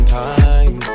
time